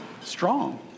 strong